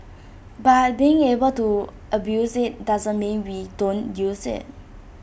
but being able to abuse IT doesn't mean we don't use IT